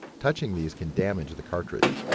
touching these can damage the cartridge.